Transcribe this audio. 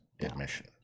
admission